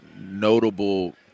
notable